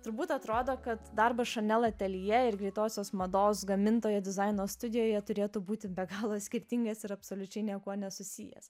turbūt atrodo kad darbas chanel ateljė ir greitosios mados gamintojo dizaino studijoje turėtų būti be galo skirtingas ir absoliučiai niekuo nesusijęs